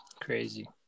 Crazy